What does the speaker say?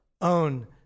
own